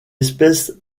espèce